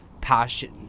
passion